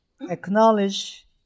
acknowledge